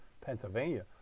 Pennsylvania